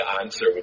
answer